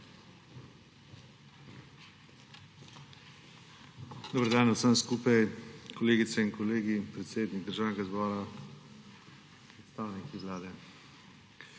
Dober dan vsem skupaj, kolegice in kolegi, predsednik Državnega zbora, predstavniki Vlade!